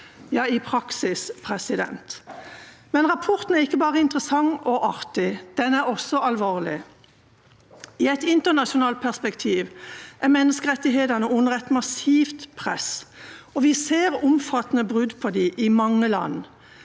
ansatte møter folk. Men rapporten er ikke bare interessant og artig, den er også alvorlig. I et internasjonalt perspektiv er menneskerettighetene under et massivt press, og vi ser omfattende brudd på dem i mange land.